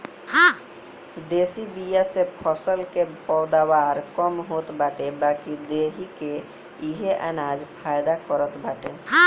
देशी बिया से फसल के पैदावार कम होत बाटे बाकी देहि के इहे अनाज फायदा करत बाटे